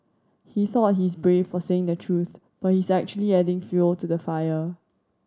he thought he's brave for saying the truth but he's actually adding fuel to the fire